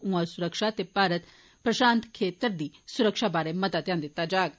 उआं सुरक्षा ते भारत प्रशांत क्षेत्र दी सुरक्षा बारे ध्यान दित्ता जाग